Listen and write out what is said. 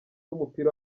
w’umupira